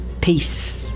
Peace